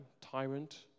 tyrant